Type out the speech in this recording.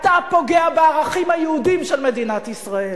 פוגע בערכים היהודיים של מדינת ישראל.